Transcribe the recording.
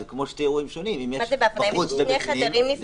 אם יש שני חדרים נפרדים.